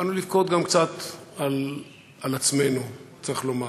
באנו לבכות גם קצת על עצמנו, צריך לומר,